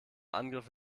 angriff